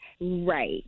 Right